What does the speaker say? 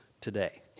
today